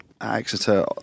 Exeter